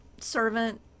servant